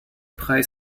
preis